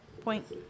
point